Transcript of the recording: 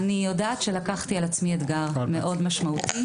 אני יודעת שלקחתי על עצמי אתגר מאוד משמעותי.